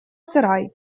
сарай